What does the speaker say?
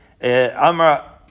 Amra